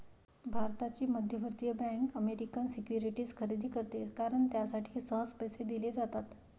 भारताची मध्यवर्ती bank American securities खरेदी करते कारण त्यासाठी सहज पैसे दिले जातात